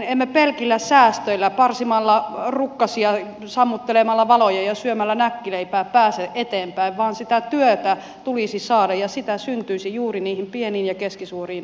emme pelkillä säästöillä parsimalla rukkasia sammuttelemalla valoja ja syömällä näkkileipää pääse eteenpäin vaan sitä työtä tulisi saada ja sitä syntyisi juuri niihin pieniin ja keskisuuriin yrityksiin